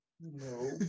No